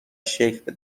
شکل